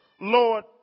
Lord